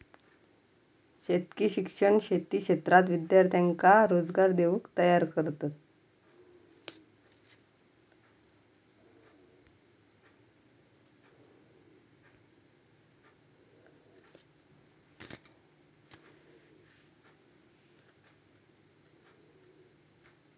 शेतकी शिक्षण शेती क्षेत्रात विद्यार्थ्यांका रोजगार देऊक तयार करतत